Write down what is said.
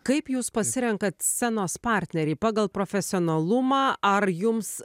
kaip jūs pasirenkat scenos partnerį pagal profesionalumą ar jums